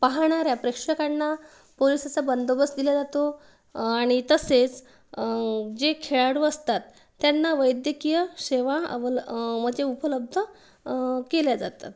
पाहणाऱ्या प्रेक्षकांना पोलिसाचा बंदोबस्त दिला जातो आणि तसेच जे खेळाडू असतात त्यांना वैद्यकीय सेवा अवल म्हणजे उपलब्ध केल्या जातात